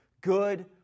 good